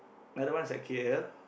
another one's at k_l